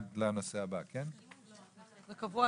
הישיבה